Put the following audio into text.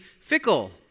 fickle